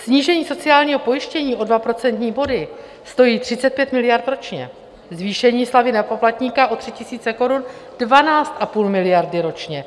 Snížení sociálního pojištění o 2 procentní body stojí 35 miliard ročně, zvýšení slevy na poplatníka o 3 000 korun 12,5 miliardy ročně.